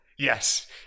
Yes